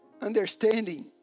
understanding